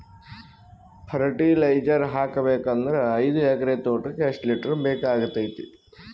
Fertiliser ಹಾಕಬೇಕು ಅಂದ್ರ ಐದು ಎಕರೆ ತೋಟಕ ಎಷ್ಟ ಲೀಟರ್ ಬೇಕಾಗತೈತಿ?